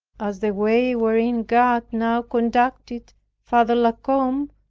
as the way, wherein god now conducted father la combe,